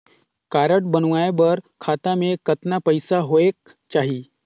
Card बनवाय बर खाता मे कतना पईसा होएक चाही?